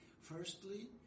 Firstly